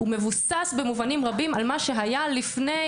הוא מבוסס במובנים רבים על מה שהיה לפני